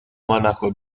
monaco